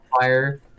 fire